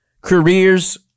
careers